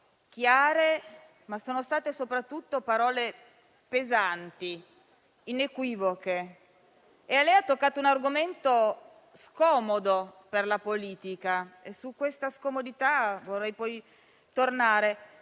chiare, ma soprattutto pesanti e inequivoche. Lei ha toccato un argomento scomodo per la politica e su questa scomodità vorrei tornare.